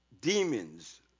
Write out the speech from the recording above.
demons